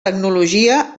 tecnologia